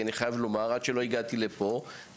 עד שהגעתי לפה,